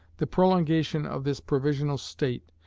the prolongation of this provisional state,